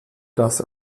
das